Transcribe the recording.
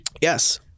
Yes